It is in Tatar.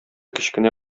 кечкенә